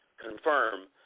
confirm